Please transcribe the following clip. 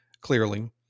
clearly